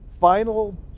Final